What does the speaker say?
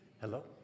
hello